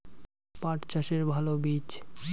পাঠ চাষের ভালো বীজ?